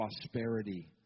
prosperity